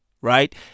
right